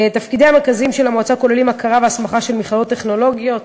תפקידיה המרכזיים של המועצה כוללים הכרה והסמכה של מכללות טכנולוגיות,